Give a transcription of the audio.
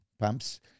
pumps